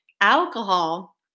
Alcohol